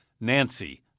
Nancy